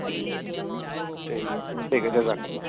جی ٹھیک ٹھیک ہے جزاک اللہ